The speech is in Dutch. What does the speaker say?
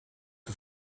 het